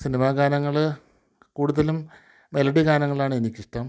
സിനിമാഗാനങ്ങൾ കൂടുതലും മെലഡി ഗാനങ്ങളാണെനിക്കിഷ്ടം